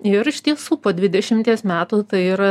ir iš tiesų po dvidešimties metų tai yra